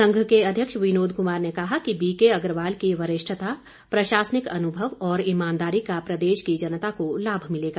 संघ के अध्यक्ष विनोद कुमार ने कहा कि बीकेअग्रवाल की वरिष्ठता प्रशासनिक अनुभव और ईमानदारी का प्रदेश की जनता को लाभ मिलेगा